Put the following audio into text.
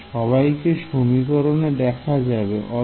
হ্যাঁ সবাইকে সমীকরণে দেখা যাবে